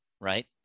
right